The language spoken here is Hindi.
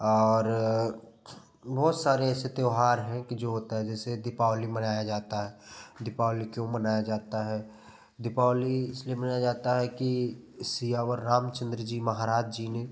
और बहुत सारे ऐसे त्योहार हैं कि जो होता है जैसे दीपावली मनाया जाता है दीपावली क्यों मनाया जाता है दीपावली इसलिए मनाया जाता है कि सीयावर रामचंद्र जी महाराज जी ने